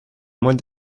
mois